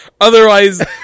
Otherwise